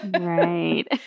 right